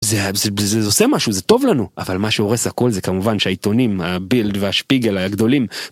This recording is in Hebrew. זה עושה משהו, זה טוב לנו, אבל מה שהורס הכל זה כמובן שהעיתונים הבילד והשפיגל הגדולים.